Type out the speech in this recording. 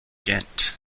ghent